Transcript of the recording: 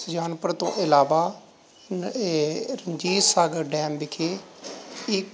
ਸੁਜਾਨਪੁਰ ਤੋਂ ਇਲਾਵਾ ਨ ਰਣਜੀਤ ਸਾਗਰ ਡੈਮ ਵਿਖੇ ਇੱਕ